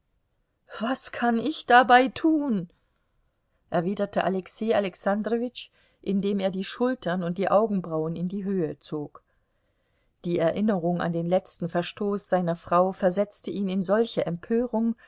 was kann ich dabei tun erwiderte alexei alexandrowitsch indem er die schultern und die augenbrauen in die höhe zog die erinnerung an den letzten verstoß seiner frau versetzte ihn in solche empörung